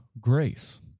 grace